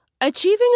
Achieving